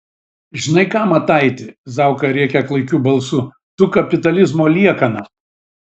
žinai ką mataiti zauka rėkia klaikiu balsu tu kapitalizmo liekana